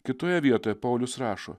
kitoje vietoje paulius rašo